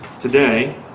Today